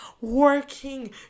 working